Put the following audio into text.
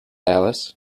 alice